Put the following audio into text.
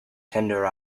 tender